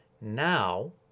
now